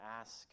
ask